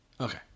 Okay